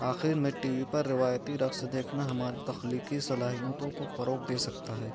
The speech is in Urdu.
آخر میں ٹی وی پر روایتی رقص دیکھنا ہماری تخلیقی صلاحیتوں کو فروغ دے سکتا ہے